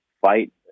fight